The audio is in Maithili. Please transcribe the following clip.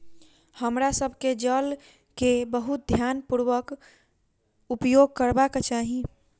हमरा सभ के जल के बहुत ध्यानपूर्वक उपयोग करबाक चाही